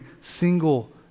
single